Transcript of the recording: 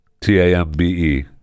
T-A-M-B-E